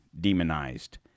demonized